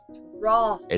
raw